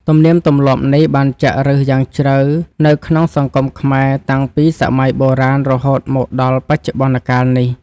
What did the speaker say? ទំនៀមទម្លាប់នេះបានចាក់ឫសយ៉ាងជ្រៅនៅក្នុងសង្គមខ្មែរតាំងពីសម័យបុរាណរហូតមកដល់បច្ចុប្បន្នកាលនេះ។